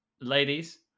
ladies